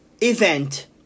event